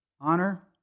honor